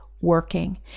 working